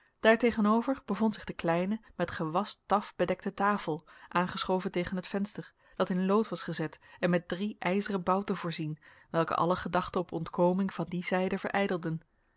daartegenover bevond zich de kleine met gewast taf bedekte tafel aangeschoven tegen het venster dat in lood was gezet en met drie ijzeren bouten voorzien welke alle gedachte op ontkoming van die zijde verijdelden